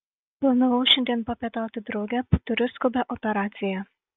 planavau šiandien papietauti drauge bet turiu skubią operaciją